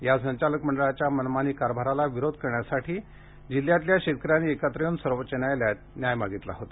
या संचालक मंडळाच्या मनमानी कारभाराला विरोध करण्याकरिता जिल्ह्यातील शेतकऱ्यांनी एकत्र येऊन सर्वोच्च न्यायालयात न्याय मागितला होता